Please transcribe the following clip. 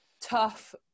tough